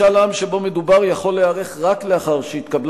משאל העם שבו מדובר יכול להיערך רק לאחר שהתקבלה